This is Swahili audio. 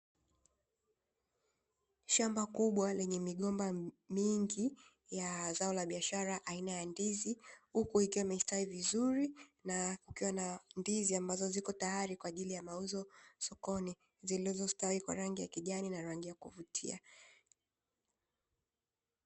Shamba kubwa lenye migomba mingi, ya zao la biashara aina ya ndizi huku ikiwa imestawi vizuri na kukiwa na ndizi ambazo ziko tayari kwa ajili ya mauzo sokoni, zilizo stawi kwa rangi ya kijani na rangi ya kuvutia.